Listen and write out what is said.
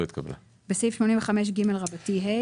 בסעיף 85ג(ה),